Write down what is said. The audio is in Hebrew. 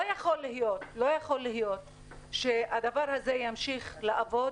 לא יכול להיות שהדבר הזה ימשיך לעבוד